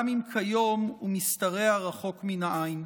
גם אם כיום הוא משתרע רחוק מן העין.